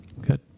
Good